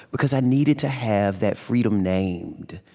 because i needed to have that freedom named.